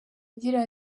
agira